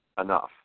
enough